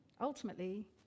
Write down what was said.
Ultimately